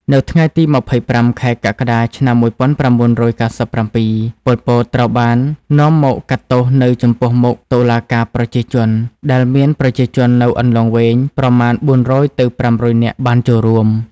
នៅថ្ងៃទី២៥ ខែកក្កដា ឆ្នាំ១៩៩៧ ប៉ុល ពត ត្រូវបាននាំមកកាត់ទោសនៅចំពោះមុខ «តុលាការប្រជាជន» ដែលមានប្រជាជននៅអន្លង់វែងប្រមាណ៤០០ទៅ៥០០នាក់បានចូលរួម។